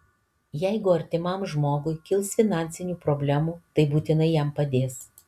jeigu artimam žmogui kils finansinių problemų tai būtinai jam padės